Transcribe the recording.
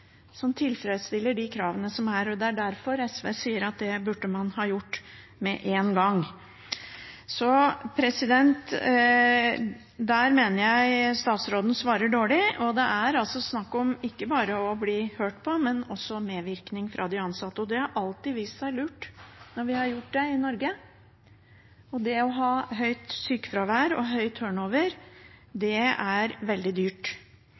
som tilfredsstiller de kravene som er. Det er derfor SV sier at det burde man ha gjort med en gang. Så der mener jeg statsråden svarer dårlig. Det er altså ikke bare snakk om å bli hørt på, men også om medvirkning fra de ansatte, og det har alltid vist seg lurt når vi har gjort det i Norge. Det å ha høyt sykefravær og høy turnover er veldig dyrt.